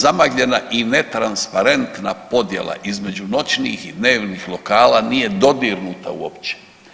zamagljena i ne transparentna podjela između noćnih i dnevnih lokala nije dodirnuta uopće.